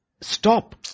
stop